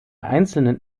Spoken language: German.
einzelnen